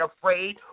afraid